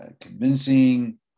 convincing